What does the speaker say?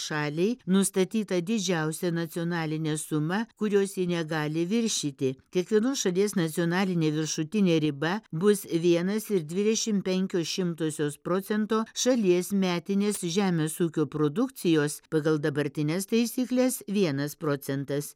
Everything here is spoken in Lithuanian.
šaliai nustatyta didžiausia nacionalinė suma kurios jie negali viršyti kiekvienos šalies nacionalinė viršutinė riba bus vienas ir dvidešimt penkios šimtosios procento šalies metinis žemės ūkio produkcijos pagal dabartines taisykles vienas procentas